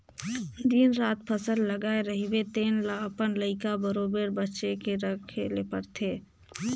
दिन रात फसल लगाए रहिबे तेन ल अपन लइका बरोबेर बचे के रखे ले परथे